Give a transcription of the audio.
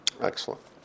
Excellent